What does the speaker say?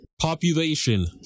Population